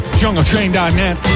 jungletrain.net